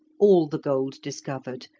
all the gold discovered,